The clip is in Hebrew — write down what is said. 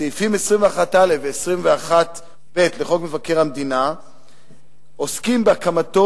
סעיפים 21א ו-21ב לחוק מבקר המדינה עוסקים בהקמתו